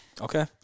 Okay